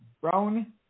Brown